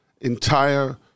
entire